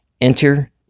enter